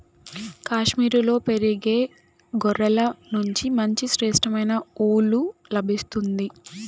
కాశ్మీరులో పెరిగే గొర్రెల నుంచి మంచి శ్రేష్టమైన ఊలు లభిస్తుంది